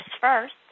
first